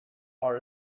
our